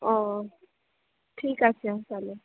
ও ঠিক আছে তাহলে